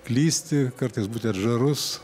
klysti kartais būti atžarus